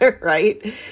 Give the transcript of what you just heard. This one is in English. Right